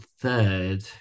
third